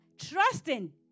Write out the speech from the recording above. Trusting